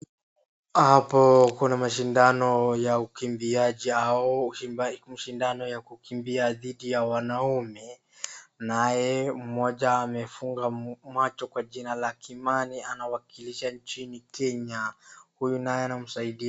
Hapo kuna mashindano ya ukimbiaji au mashindano ya kukimbia dhidi ya wanaume, naye mmoja amefunga macho kwa jina la Kimani anawakilisha Kenya. Huyu naye anamsaidia.